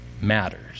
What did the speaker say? matters